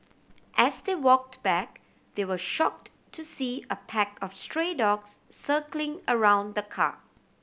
as they walked back they were shocked to see a pack of stray dogs circling around the car